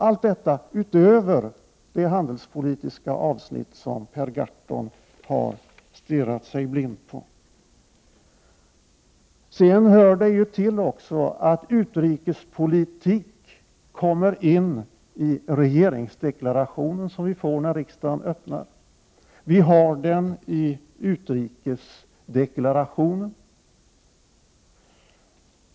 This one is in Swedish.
Allt detta förekommer utöver det handelspolitiska avsnitt som Per Gahrton har stirrat sig blind på. Det hör också till att utrikespolitik kommer in i regeringsdeklarationen, som vi får när riksdagen öppnar. Vi har den i utrikesdeklarationen.